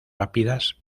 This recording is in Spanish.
rápidas